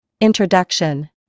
Introduction